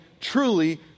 truly